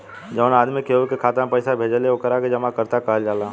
जवन आदमी केहू के खाता में पइसा भेजेला ओकरा के जमाकर्ता कहल जाला